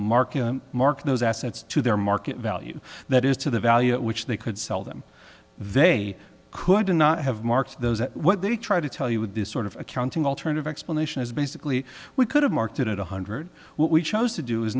market mark those assets to their market value that is to the value at which they could sell them they could not have marked those at what they try to tell you with this sort of accounting alternative explanation is basically we could have marked it at one hundred what we chose to do is